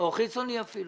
או חיצוני אפילו.